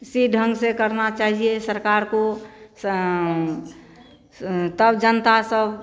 इसी ढंग से करना चाहिए सरकार को स तब जनता सब